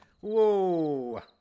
Whoa